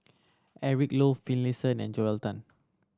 Eric Low Finlayson and Joel Tan